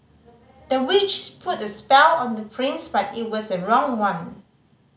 the witch put a spell on the prince but it was the wrong one